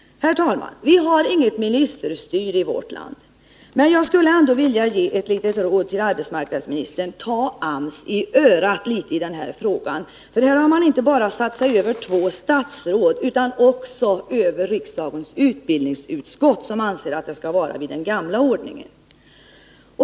Herr talman! Vi har inget ministerstyre i vårt land, men jag vill ändå ge ett litet råd till arbetsmarknadsministern: Ta AMS i örat i den här frågan! AMS har inte bara satt sig över två statsråd, utan också riksdagens utbildningsutskott, som anser att det skall vara vid den gamla ordningen.